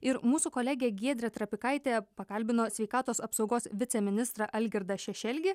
ir mūsų kolegė giedrė trapikaitė pakalbino sveikatos apsaugos viceministrą algirdą šešelgį